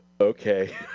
Okay